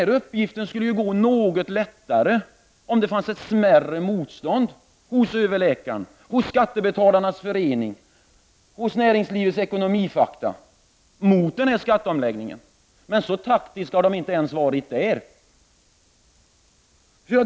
Den uppgiften skulle vara något lättare om motståndet mot skatteomläggningen var litet mindre hos överläkaren, hos Skattebetalarnas förening och på Näringslivets Ekonomifakta. Men så taktiska har inte ens de varit.